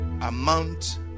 amount